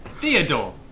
Theodore